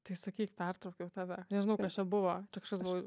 tai sakyk pertraukiau tave nežinau kas čia buvo čia kažkas buvo